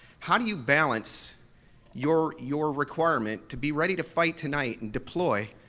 how do you balance your your requirement to be ready to fight tonight and deploy,